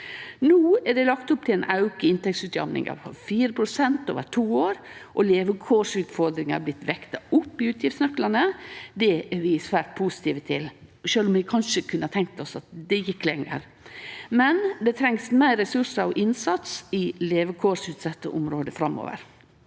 No er det lagt opp til ein auke i inntektsutjamninga på 4 pst. over to år, og levekårsutfordringar har blitt vekta opp i utgiftsnøklane. Det er vi svært positive til, sjølv om vi kanskje kunne ha tenkt oss at det gjekk lenger. Men det trengst meir ressursar og innsats i levekårsutsette område framover.